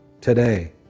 today